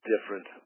different